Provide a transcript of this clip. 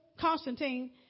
Constantine